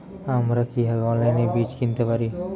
আমরা কীভাবে অনলাইনে বীজ কিনতে পারি?